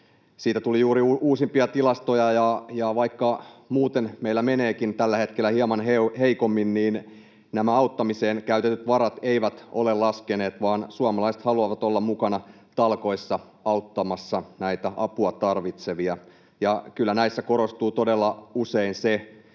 Siitä tuli juuri uusimpia tilastoja, ja vaikka muuten meillä meneekin tällä hetkellä hieman heikommin, niin nämä auttamiseen käytetyt varat eivät ole laskeneet, vaan suomalaiset haluavat olla mukana talkoissa auttamassa näitä apua tarvitsevia. Ja kyllä näissä korostuu todella usein se,